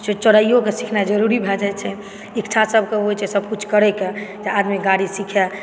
चोराइयो के सीखनाइ ज़रूरी भए जाइ छै इच्छा सबके होइ छै सब किछु करैक जे आदमी गाड़ी सीख़य